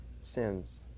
sins